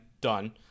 Done